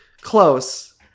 Close